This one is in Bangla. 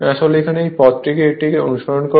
আসলে এখানে এই পথটি এটিকে অনুসরণ করবে